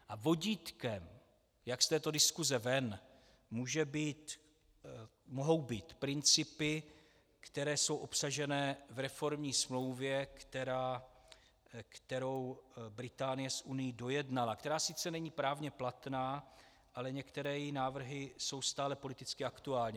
A vodítkem, jak z této diskuse ven, mohou být principy, které jsou obsažené v reformní smlouvě, kterou Británie s Unií dojednala, která sice není právně platná, ale některé její návrhy jsou stále politicky aktuální.